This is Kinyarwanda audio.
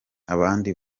abandi